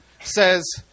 says